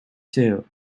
too